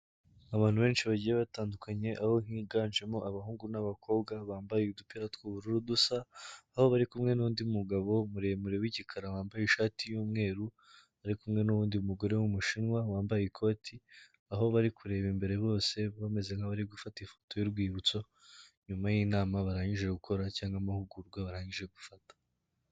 Abantu benshi bagiye batandukanye aho higanjemo abahungu n'abakobwa bambaye udupira tw'ubururu dusa, aho bari kumwe n'undi mugabo muremure w'igikara wambaye ishati y'umweru, ari kumwe n'uwundi mugore w'umushinwa wambaye ikoti, aho bari kureba imbere bose bameze nka bari gufata ifoto y'urwibutso, nyuma y'inama barangije gukora cyangwa amahugurwa barangije gufata.